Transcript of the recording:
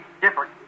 different